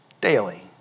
daily